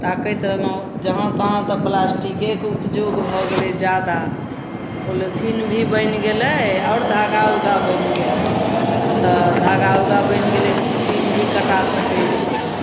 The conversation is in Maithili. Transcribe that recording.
ताकैत रहलहुँ जहाँ तहाँ तऽ प्लास्टिकेके उपयोग भऽ गेलै जादा पॉलीथिन भी बनि गेलै आओर धागा उगा बनि गेलै तऽ धागा उगा बनि गेलै तऽ कुट्टीमे भी कटा सकै छै